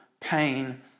pain